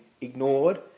ignored